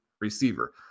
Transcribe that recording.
Receiver